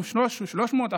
300,